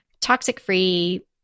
toxic-free